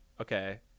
okay